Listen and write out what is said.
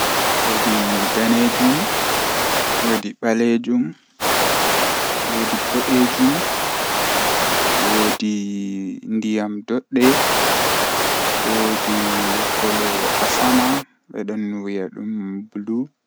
Taalel taalel jannata booyel, Woodi bingel feere don joodi haa nder suudu maako sei o laari nde o wailiti seo o laari dammugal feere kesum, Dammugal man bo waala no dum haa ton, Sei hunde man hilni mo masin o batti dammugal man nde o mabbiti sei o tawi dammugal man dum saare feere jei o andaa on.